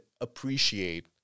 appreciate